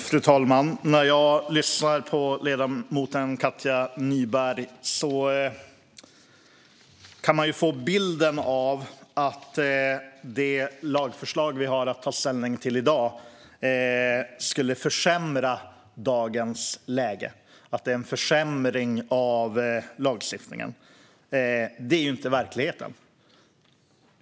Fru talman! När man lyssnar på ledamoten Katja Nyberg kan man få bilden att det lagförslag vi har att ta ställning till i dag skulle försämra dagens läge och att det är en försämring av lagstiftningen. Det är inte verkligheten.